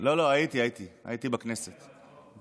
ראיתי אותך פה.